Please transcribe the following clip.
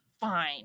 fine